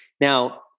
Now